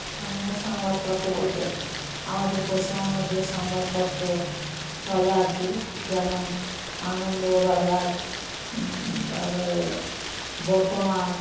স্থানীয় সংবাদপত্র বলতে আমাদের পশ্চিমবঙ্গে যে সংবাদপত্র চলে আর কি যেমন আনন্দবাজার তার পরে বর্তমান